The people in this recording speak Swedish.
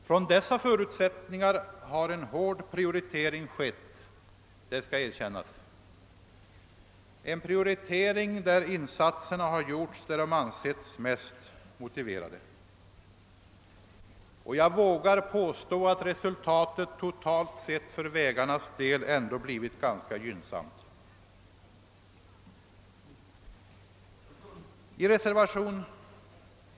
Från dessa förutsättningar har en hård prioritering skett, och insatserna har gjorts där de ansetts mest motiverade. Resultatet har totalt sett för vägarnas del ändå blivit ganska gynnsamt, vågar jag hävda.